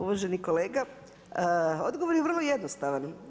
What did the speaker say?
Uvaženi kolega, odgovor je vrlo jednostavan.